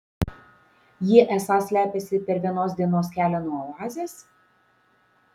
jie esą slepiasi per vienos dienos kelią nuo oazės